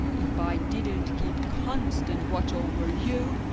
if i didn't keep constant watch over you,